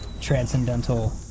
transcendental